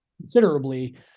considerably